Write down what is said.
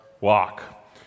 walk